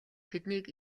тэднийг